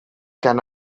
can